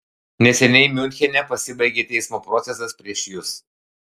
neseniai miunchene pasibaigė teismo procesas prieš jus